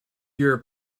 your